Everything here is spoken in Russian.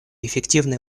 эффективное